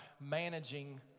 managing